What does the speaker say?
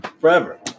forever